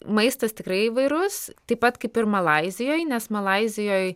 maistas tikrai įvairus taip pat kaip ir malaizijoj nes malaizijoj